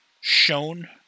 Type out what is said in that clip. shown